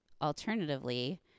alternatively